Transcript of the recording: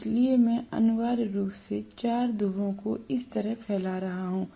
इसलिए मैं अनिवार्य रूप से 4 ध्रुवों को इस तरह फैला रहा हूं